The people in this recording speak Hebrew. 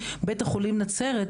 בית החולים נצרת,